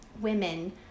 women